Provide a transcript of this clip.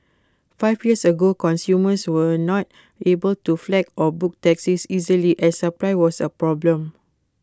five years ago consumers were not able to flag or book taxis easily as supply was A problem